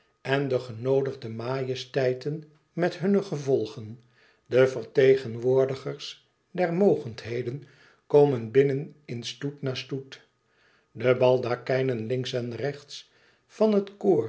en de genoodige majesteiten met hunne gevolgen de vertegenwoordigers der mogendheden komen binnen in stoet na stoet de baldakijnen links en rechts van het